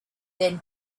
then